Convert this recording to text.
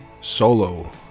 Solo